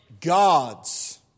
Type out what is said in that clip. God's